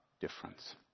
difference